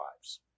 lives